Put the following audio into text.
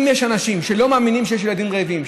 אם יש אנשים שלא מאמינים שיש ילדים רעבים,